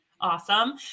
Awesome